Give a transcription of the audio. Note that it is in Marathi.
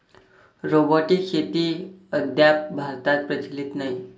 रोबोटिक शेती अद्याप भारतात प्रचलित नाही